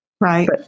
Right